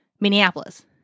Minneapolis